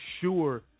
sure